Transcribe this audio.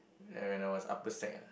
ya when I was upper sec ah